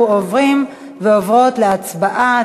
אנחנו עוברים ועוברות להצבעה.